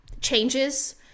changes